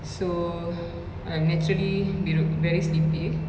so I'm naturally niru very sleepy